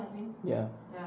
ya